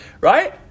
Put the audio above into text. right